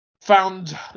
found